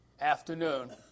afternoon